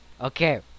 Okay